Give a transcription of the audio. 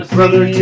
Brother